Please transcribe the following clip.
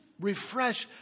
refresh